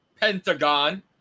Pentagon